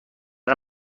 این